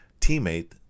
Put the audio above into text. teammate